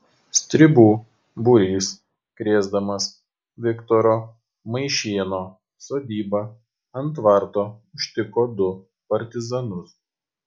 stribų būrys krėsdamas viktoro maišėno sodybą ant tvarto užtiko du partizanus